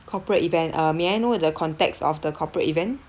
corporate event uh may I know the context of the corporate event